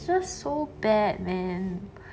just so bad man